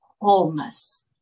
wholeness